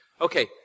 Okay